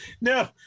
No